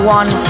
one